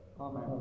Amen